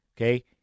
Okay